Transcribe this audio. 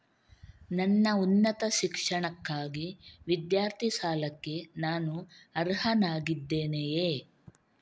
ನನ್ನ ಉನ್ನತ ಶಿಕ್ಷಣಕ್ಕಾಗಿ ವಿದ್ಯಾರ್ಥಿ ಸಾಲಕ್ಕೆ ನಾನು ಅರ್ಹನಾಗಿದ್ದೇನೆಯೇ?